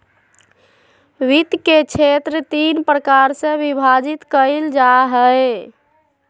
वित्त के क्षेत्र तीन प्रकार से विभाजित कइल जा हइ